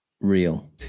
real